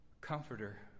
comforter